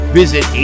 visit